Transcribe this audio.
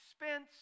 expense